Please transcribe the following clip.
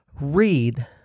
read